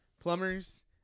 Plumbers